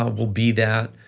ah will be that,